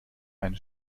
ein